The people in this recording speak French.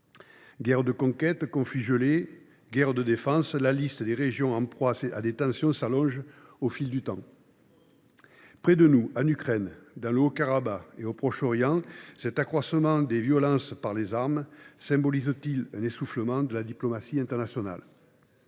Guerres de conquête, conflits gelés, guerre de défense : la liste des régions en proie à des tensions s’allonge au fil du temps. Près de nous, je pense à l’Ukraine, au Haut Karabakh et au Proche Orient. Cet accroissement des violences par les armes signifie t il un essoufflement de la diplomatie internationale ?